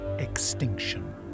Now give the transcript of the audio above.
extinction